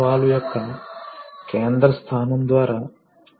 కాబట్టి అది ద్రవం చేసే మరొక విషయం